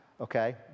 Okay